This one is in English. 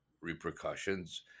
repercussions